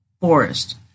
forest